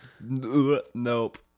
Nope